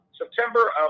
September